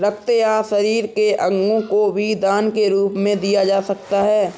रक्त या शरीर के अंगों को भी दान के रूप में दिया जा सकता है